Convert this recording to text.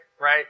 right